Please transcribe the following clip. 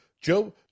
Joe